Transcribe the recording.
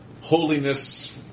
holiness